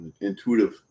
intuitive